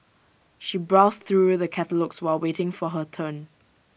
she browsed through the catalogues while waiting for her turn